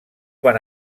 van